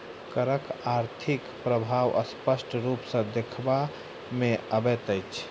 करक आर्थिक प्रभाव स्पष्ट रूप सॅ देखबा मे अबैत अछि